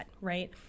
right